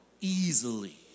easily